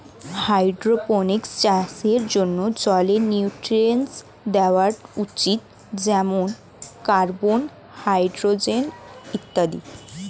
hydroponics চাষের জন্যে জলে নিউট্রিয়েন্টস দেওয়া উচিত যেমন কার্বন, হাইড্রোজেন ইত্যাদি